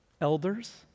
elders